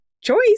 choice